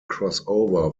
crossover